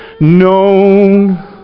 known